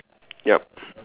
yup